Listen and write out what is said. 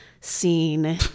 scene